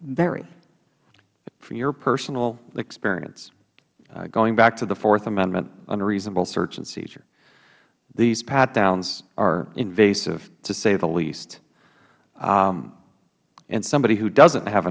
but from your personal experience going back to the fourth amendment unreasonable search and seizure these pat downs are invasive to say the least and somebody who doesn't have